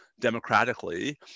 democratically